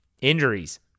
injuries